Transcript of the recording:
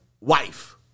wife